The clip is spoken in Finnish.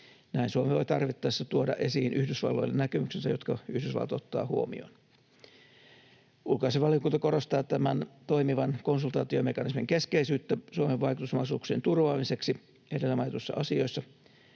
Näin Suomi voi tarvittaessa tuoda esiin Yhdysvalloille näkemyksensä, jotka Yhdysvallat ottaa huomioon. Ulkoasiainvaliokunta korostaa tämän toimivan konsultaatiomekanismin keskeisyyttä Suomen vaikutusmahdollisuuksien turvaamiseksi edellä mainituissa asioissa,